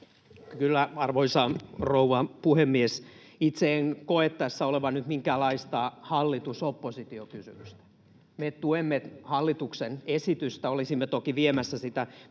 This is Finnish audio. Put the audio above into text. Kyllä, arvoisa rouva puhemies! — Itse en koe tässä olevan nyt minkäänlaista hallitus—oppositio-kysymystä. Me tuemme hallituksen esitystä. Olisimme toki viemässä sitä piirun verran